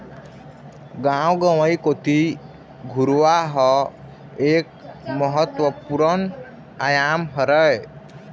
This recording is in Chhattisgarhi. गाँव गंवई कोती घुरूवा ह एक महत्वपूर्न आयाम हरय